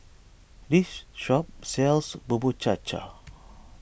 this shop sells Bubur Cha Cha